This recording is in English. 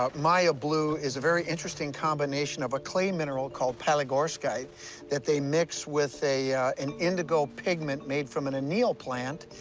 ah maya blue is a very interesting combination of a clay mineral called palygorskite that they mix with an indigo pigment made from an anil plant,